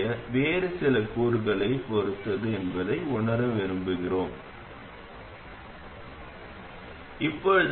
எனவே நாம் ioii ஐ உணர முயற்சிப்போம்